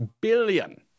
billion